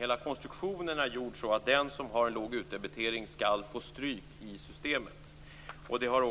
Hela konstruktionen är gjord så att den som har låg utdebitering skall få stryk i systemet. Det har